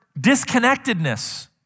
disconnectedness